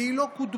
והיא לא קודמה.